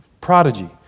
prodigy